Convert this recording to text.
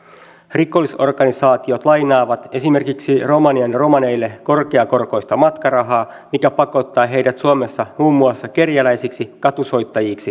rikollisorganisaatiot lainaavat esimerkiksi romanian romaneille korkeakorkoista matkarahaa mikä pakottaa heidät suomessa muun muassa kerjäläisiksi katusoittajiksi